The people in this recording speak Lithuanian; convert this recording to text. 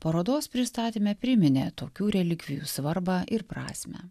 parodos pristatyme priminė tokių relikvijų svarbą ir prasmę